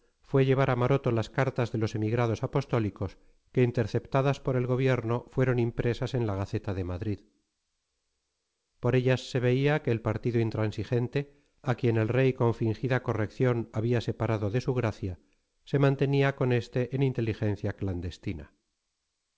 fue llevar a maroto las cartas de los emigrados apostólicos que interceptadas por el gobierno fueron impresas en la gaceta de madrid por ellas se veía que el partido intransigente a quien el rey con fingida corrección había separado de su gracia se mantenía con este en inteligencia clandestina